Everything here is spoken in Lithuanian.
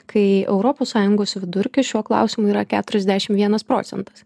kai europos sąjungos vidurkis šiuo klausimu yra keturiasdešim vienas procentas